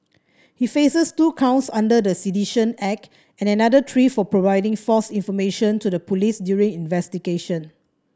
he faces two counts under the Sedition Act and another three for providing false information to the police during investigation